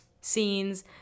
scenes